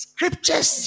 Scriptures